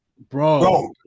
Bro